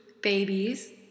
babies